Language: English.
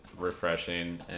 Refreshing